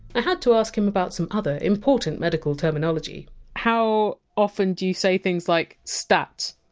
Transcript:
i had to ask him about some other important medical terminology how often do you say things like stat!